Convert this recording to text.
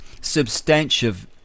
Substantive